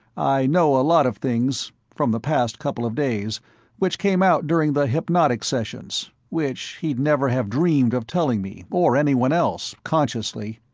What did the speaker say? i know a lot of things from the past couple of days which came out during the hypnotic sessions, which he'd never have dreamed of telling me, or anyone else, consciously.